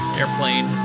airplane